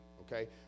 Okay